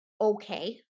okay